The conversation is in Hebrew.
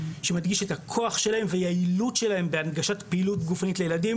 שמדגיש את הכוח שלהם והיעילות שלהם בהנגשת פעילות גופנית לילדים.